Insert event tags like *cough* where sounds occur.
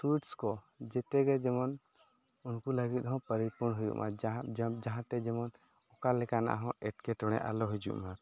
sweets ᱠᱚ ᱡᱮᱛᱮᱜᱮ ᱡᱮᱢᱚᱱ ᱩᱱᱠᱚ ᱞᱟᱹᱜᱤᱫ ᱦᱚᱸ ᱯᱟᱨᱤᱯᱚᱱ ᱦᱩᱭᱩᱜ ᱢᱟ *unintelligible* ᱡᱟᱦᱟᱸᱛᱮ ᱡᱮᱢᱚᱱ ᱚᱠᱟ ᱞᱮᱠᱟᱱᱟᱜ ᱦᱚᱸ ᱮᱴᱠᱮᱴᱚᱬᱮ ᱟᱞᱚ ᱦᱤᱡᱩᱜᱼᱢᱟ